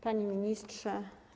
Panie Ministrze!